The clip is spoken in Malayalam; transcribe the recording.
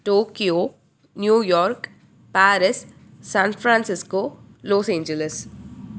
Tokyo New York Paris San Francisco Los Angeles